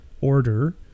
order